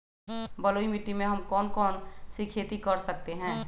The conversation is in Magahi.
बलुई मिट्टी में हम कौन कौन सी खेती कर सकते हैँ?